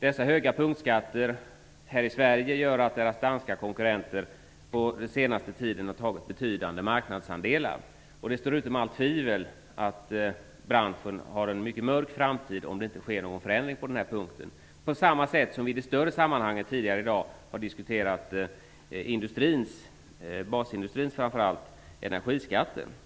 Dessa höga punktskatter i Sverige gör att de danska konkurrenterna under den senaste tiden har tagit betydande marknadsandelar. Det står utom allt tvivel att branschens framtid är mycket mörk om det inte sker någon förändring på den här punkten. På samma sätt har vi i dag i det större sammanhanget diskuterat basindustrins energiskatter.